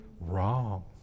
wrong